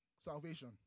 salvation